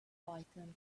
python